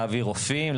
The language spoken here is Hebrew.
להביא רופאים,